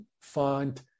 font